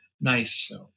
Nice